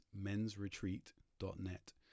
mensretreat.net